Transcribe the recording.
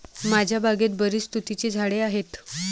माझ्या बागेत बरीच तुतीची झाडे आहेत